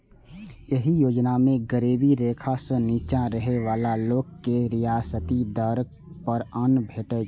एहि योजना मे गरीबी रेखा सं निच्चा रहै बला लोक के रियायती दर पर अन्न भेटै छै